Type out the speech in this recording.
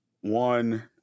one